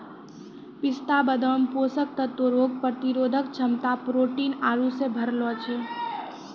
पिस्ता बादाम पोषक तत्व रोग प्रतिरोधक क्षमता प्रोटीन आरु से भरलो छै